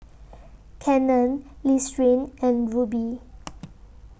Canon Listerine and Rubi